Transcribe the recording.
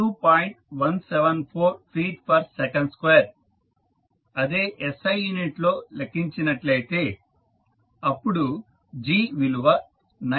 174 feet per second square అదే SI unit లో లెక్కించినట్లయితే అప్పుడు g విలువ 9